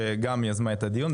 שגם יזמה את הדיון.